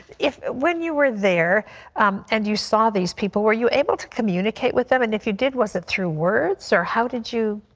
it. when you were there um and you saw these people were you able to communicate with them and if you did was it through words or how did you.